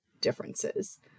differences